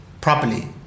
properly